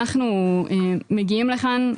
אנחנו מגיעים לכאן,